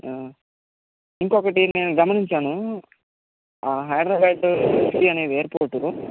ఇంకొకటి నేను గమనించాను ఆ హైదరాబాద్ అనేది ఎయిర్పోర్ట్